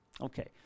Okay